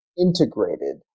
integrated